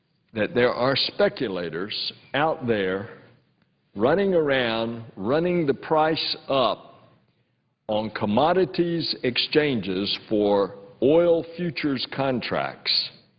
that there are speculators out there running around running the price up on commodities exchanges for oil futures contracts